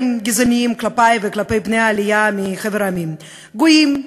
גזעניים כלפי וכלפי בני העלייה מחבר העמים: גויים,